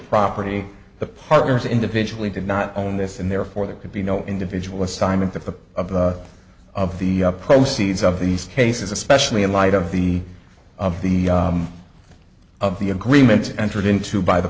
property the partners individually did not own this and therefore there could be no individual assignment of the of the of the proceeds of these cases especially in light of the of the of the agreements entered into by the